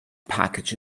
package